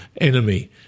enemy